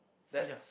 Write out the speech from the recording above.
that's